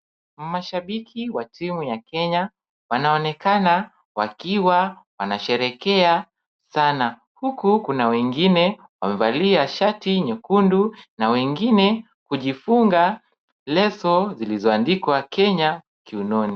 Mashabiki wa timu ya kenya wanaonekana wakiwa wanasheherekea sana. Huku kuna wengine wamevalia shati nyekundu na wengine kujifunga leso zilizoandikwa Kenya kiunoni.